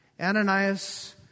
Ananias